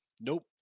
Nope